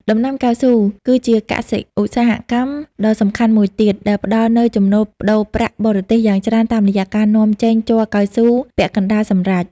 ដំណាំកៅស៊ូគឺជាកសិឧស្សាហកម្មដ៏សំខាន់មួយទៀត ដែលផ្ដល់នូវចំណូលប្តូរប្រាក់បរទេសយ៉ាងច្រើនតាមរយៈការនាំចេញជ័រកៅស៊ូពាក់កណ្ដាលសម្រេច។